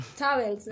towels